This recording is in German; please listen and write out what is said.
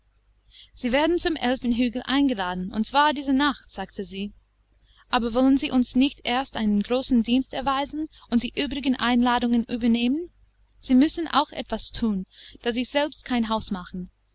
sie werden zum elfenhügel eingeladen und zwar diese nacht sagte sie aber wollen sie uns nicht erst einen großen dienst erweisen und die übrigen einladungen übernehmen sie müssen auch etwas thun da sie selbst kein haus machen